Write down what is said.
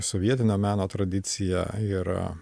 sovietinio meno tradiciją ir